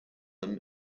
them